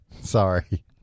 Sorry